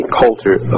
culture